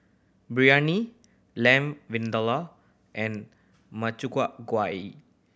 Biryani Lamb Vindaloo and Makchang Gui